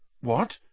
What